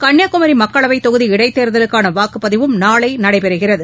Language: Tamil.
கன்னியாகுமரிமக்களவைத் தொகுதி இடைத்தேர்தலுக்கானவாக்குப்பதிவும் நாளைநடைபெறுகிறது